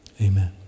Amen